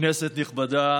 כנסת נכבדה,